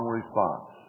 response